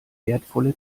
wertvolle